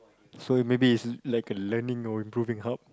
so maybe it's it's like a learning or improving hub